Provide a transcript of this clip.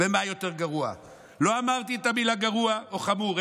לא אמרתי את המילה גרוע או חמור,